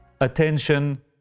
attention